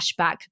cashback